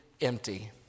empty